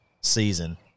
season